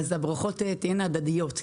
הברכות הדדיות.